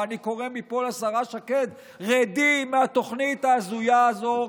ואני קורא מפה לשרה שקד: רדי מהתוכנית ההזויה הזאת.